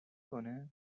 کنه